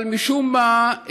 אבל משום מה,